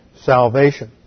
salvation